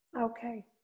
Okay